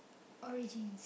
origins